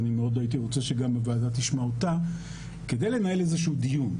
ומאוד הייתי רוצה שגם הוועדה תשמע אותה כדי לנהל איזשהו דיון.